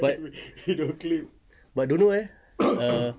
but but don't know eh err